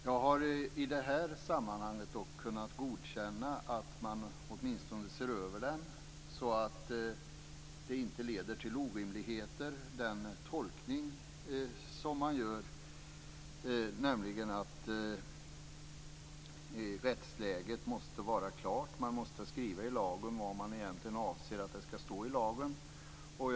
Jag har i det här sammanhanget kunnat godkänna att man åtminstone ser över den så att inte den tolkning som görs leder till orimligheter. Rättsläget måste vara klart. Man måste skriva in i lagen vad man egentligen avser att lagen skall innehålla.